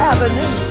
Avenue